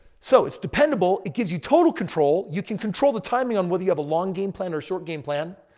so it's dependable, it gives you total control. you can control the timing on whether you have a long game plan or a short game plan.